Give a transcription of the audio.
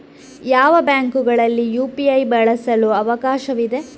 ಯಾವ ಬ್ಯಾಂಕುಗಳಲ್ಲಿ ಯು.ಪಿ.ಐ ಬಳಸಲು ಅವಕಾಶವಿದೆ?